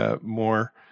more